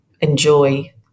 enjoy